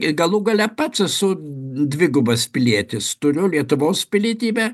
ir galų gale pats esu dvigubas pilietis turiu lietuvos pilietybę